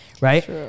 right